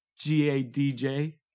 G-A-D-J